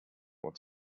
what